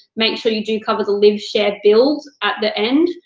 make sure you do cover the live, share, build at the end,